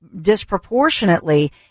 disproportionately